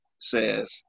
says